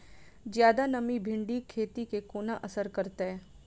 जियादा नमी भिंडीक खेती केँ कोना असर करतै?